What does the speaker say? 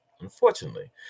Unfortunately